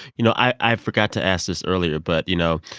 you know, i forgot to ask this earlier. but, you know,